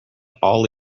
all